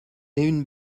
une